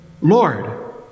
Lord